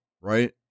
Right